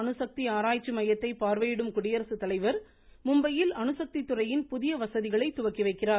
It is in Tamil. அணுசக்தி ஆராய்ச்சி மையத்தை பார்வையிடும் குடியரசுத்தலைவர் பாபா மும்பையில் அணுசக்தி துறையின் புதிய வசதிகளை துவக்கி வைக்கிறார்